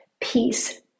peace